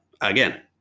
Again